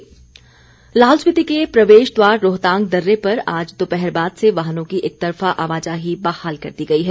रोहतांग दर्रा लाहौल स्पीति के प्रवेश द्वार रोहतांग दर्रे पर आज दोपहर बाद से वाहनों की एकतरफा आवाजाही बहाल कर दी गई है